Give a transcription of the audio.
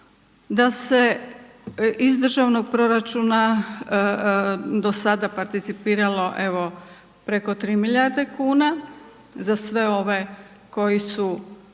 da se iz državnog proračuna do sada participiralo preko 3 milijarde kuna za sve ove koji su,